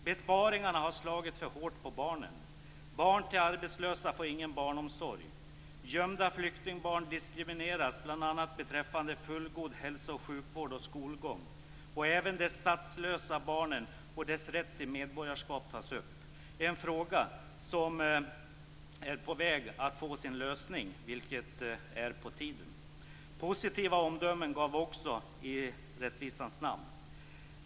Besparingarna har slagit för hårt på barnen. Barn till arbetslösa får ingen barnomsorg. Gömda flyktingbarn diskrimineras bl.a. beträffande fullgod hälso och sjukvård och skolgång. Även de statslösa barnen och deras rätt till medborgarskap tas upp - en fråga som är på väg att få sin lösning, vilket är på tiden. I rättvisans namn skall sägas att även positiva omdömen gavs.